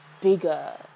bigger